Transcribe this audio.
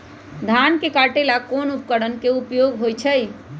धान के काटे का ला कोंन उपकरण के उपयोग होइ छइ?